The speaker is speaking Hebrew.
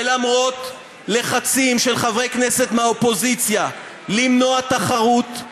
ולמרות לחצים של חברי כנסת מהאופוזיציה למנוע תחרות,